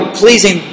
pleasing